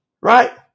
Right